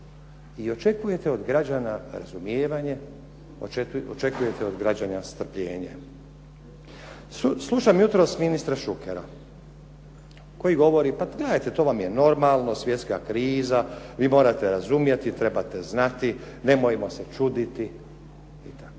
i očekujete od građana razumijevanje, očekujete od građana strpljenje. Slušam jutro ministra Šuker koji govori pa gledajte, to vam je normalno, svjetska kriza, vi morate razumjeti, trebate znati, nemojmo se čuditi i